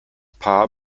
paar